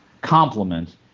complement